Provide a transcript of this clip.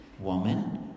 woman